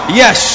yes